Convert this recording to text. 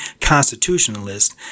constitutionalist